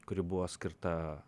kuri buvo skirta